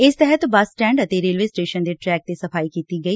ਇਸ ਤਹਿਤ bus stand ਅਤੇ ਰੇਲਵੇ ਸਟੇਸ਼ਨ ਦੇ ਟ੍ਟੈਕ ਤੇ ਸਫਾਈ ਕੀਤੀ ਗਈ